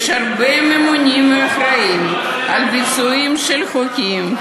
יש הרבה ממונים אחראים לביצוע של חוקים,